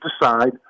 decide